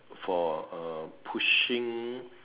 for uh pushing